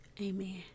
Amen